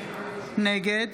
נגד